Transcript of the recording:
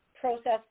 process